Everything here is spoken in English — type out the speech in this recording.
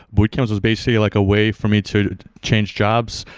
boot camps was basically like a way for me to change jobs.